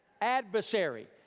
Adversary